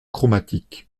chromatique